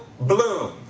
bloom